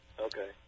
okay